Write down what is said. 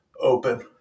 open